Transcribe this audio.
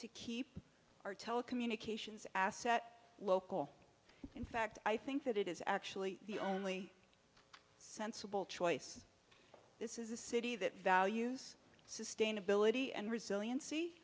to keep our telecommunications asset local in fact i think that it is actually the only sensible choice this is a city that values sustainability and resilien